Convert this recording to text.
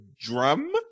drum